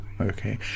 Okay